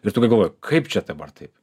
ir tada galvoji kaip čia dabar taip